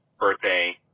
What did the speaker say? birthday